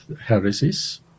heresies